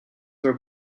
were